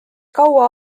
kaua